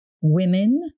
women